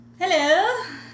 Hello